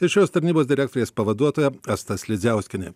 ir šios tarnybos direktorės pavaduotoja asta slidziauskienė